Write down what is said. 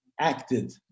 acted